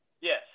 Yes